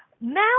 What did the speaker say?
Now